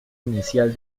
inicial